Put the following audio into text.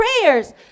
prayers